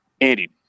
Andy